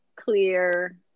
clear